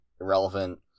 irrelevant